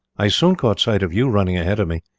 i soon caught sight of you running ahead of me.